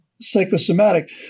psychosomatic